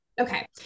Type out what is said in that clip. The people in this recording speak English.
Okay